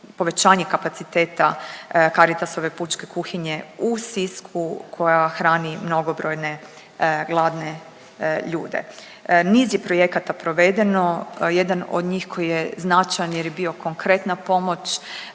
kapaciteta Caritasove pučke kuhinje u Sisku koja hrani mnogobrojne gladne ljude. Niz je projekata provedeno. Jedan od njih koji je značajan jer je bio konkretna pomoć